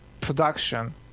production